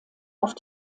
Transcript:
auf